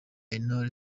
intore